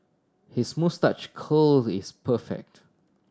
his moustache curl is perfect